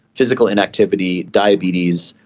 physical inactivity, diabetes,